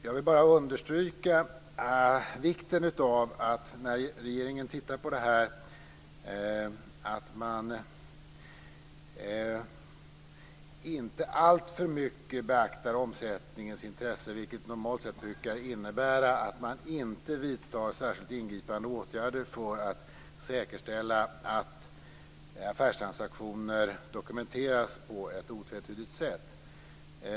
Jag vill också understryka vikten av att regeringen när man tittar på det här inte alltför mycket beaktar omsättningens intresse, vilket normalt sett brukar innebära att man inte vidtar särskilt ingripande åtgärder för att säkerställa att affärstransaktioner dokumenteras på ett otvetydigt sätt.